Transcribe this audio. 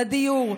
לדיור.